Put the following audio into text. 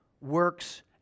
works